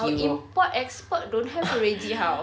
our import export don't have already how